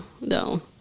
no